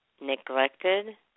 neglected